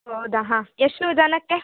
ಹೌದಾ ಹಾಂ ಎಷ್ಟು ಜನಕ್ಕೆ